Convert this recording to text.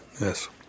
yes